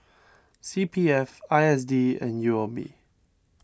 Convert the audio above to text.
C P F I S D and U O B